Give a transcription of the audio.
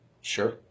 Sure